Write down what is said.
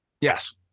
Yes